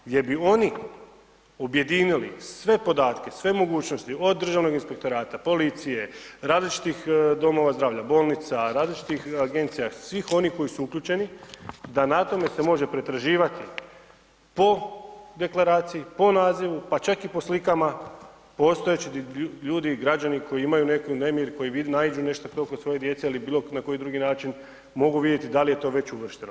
Gdje bi oni objedinili sve podatke, sve mogućnosti, od državnog inspektora, policije, različitih domova zdravlja, bolnica, različitih agencija svih onih koji su uključeni, da na tome se može pretraživati po deklaraciji, po nazivu, pa čak i po slikama postojećih ljudi, građani, koji imaju neki nemir, koji naiđu to kod svoje djece ili bilo na koji drugi način, mogu vidjeti da li je to već uvršteno.